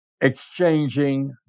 exchanging